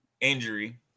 injury